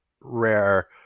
rare